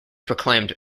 proclaimed